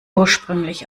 ursprünglich